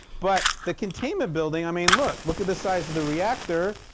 but the containment building, i mean look look at the size of the reactor,